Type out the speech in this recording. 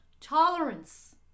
tolerance